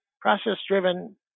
process-driven